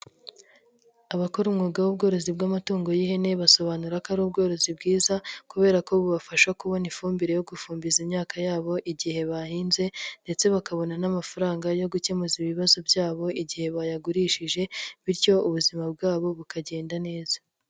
Abakora umwuga w'ubworozi bw'amatungo y'ihene, basobanura ko ari ubworozi bwiza, kubera ko bubafasha kubona ifumbire yo gufumbiza imyaka yabo igihe bahinze, ndetse bakabona n'amafaranga yo gukemura ibibazo byabo igihe bayigurishije, bityo ubuzima bwabo bukagenda neza.